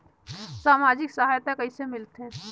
समाजिक सहायता कइसे मिलथे?